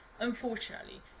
unfortunately